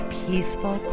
peaceful